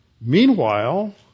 Meanwhile